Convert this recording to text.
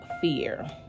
Fear